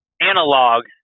analog